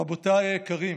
רבותיי היקרים,